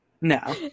No